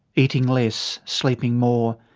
eating less, sleeping more.